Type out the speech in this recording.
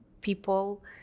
people